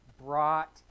brought